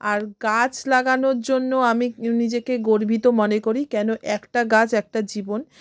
আর গাছ লাগানোর জন্য আমি নিজেকে গর্বিত মনে করি কেন একটা গাছ একটা জীবন